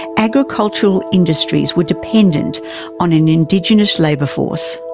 agricultural industries were dependent on an indigenous labour force.